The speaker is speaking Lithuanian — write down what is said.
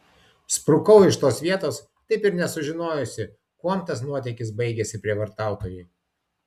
sprukau iš tos vietos taip ir nesužinojusi kuom tas nuotykis baigėsi prievartautojui